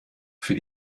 für